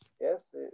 Yes